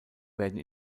werden